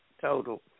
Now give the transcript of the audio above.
total